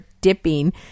dipping